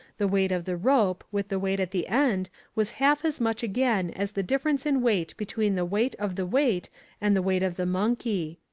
the weight of the rope with the weight at the end was half as much again as the difference in weight between the weight of the weight and the weight of the monkey.